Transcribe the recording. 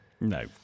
No